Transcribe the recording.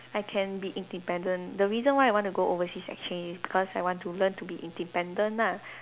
I can be independent the reason why I wanna go overseas exchange is because I want to learn to be independent lah